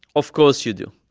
of course you do.